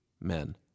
men